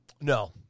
No